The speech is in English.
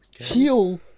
heal